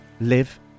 live